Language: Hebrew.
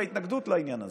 בהתנגדות לעניין הזה?